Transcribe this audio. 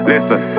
Listen